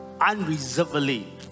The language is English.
unreservedly